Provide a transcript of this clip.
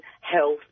health